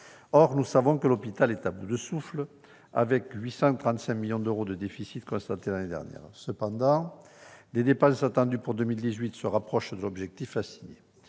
Or nous savons que les hôpitaux sont à bout de souffle, avec 835 millions d'euros de déficit constatés l'année dernière. Cependant, leurs dépenses attendues pour 2018 se rapprochent de l'objectif assigné.